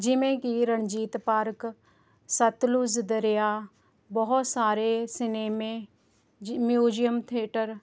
ਜਿਵੇਂ ਕਿ ਰਣਜੀਤ ਪਾਰਕ ਸਤਲੁਜ ਦਰਿਆ ਬਹੁਤ ਸਾਰੇ ਸਿਨੇਮੇ ਮਿਊਜ਼ੀਅਮ ਥੀਏਟਰ